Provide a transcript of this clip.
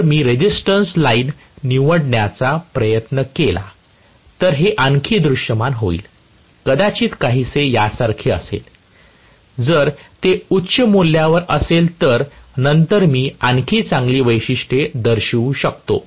तर मी resistance line निवडण्याचा प्रयत्न केला तर हे आणखी दृश्यमान होईल कदाचित काहीसे यासारखे असेल जर ते उच्च मूल्य वर असेल तर नंतर मी आणखी चांगले वैशिष्ट्य दर्शवू शकतो